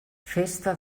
festa